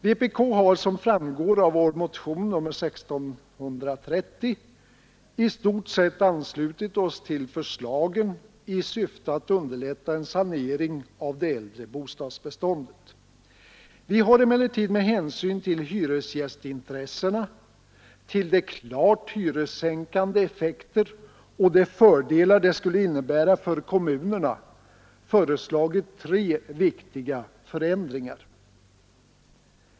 Vpk har som framgår av vår motion nr 1630 i stort sett anslutit oss till förslagen i syfte att underlätta en sanering av det äldre bostadsbeståndet. Vi har emellertid med hänsyn till hyresgästintressena, till de klart hyressänkande effekterna och de fördelar det skulle innebära för kommunerna föreslagit tre viktiga förändringar.